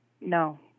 No